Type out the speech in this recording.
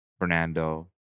Fernando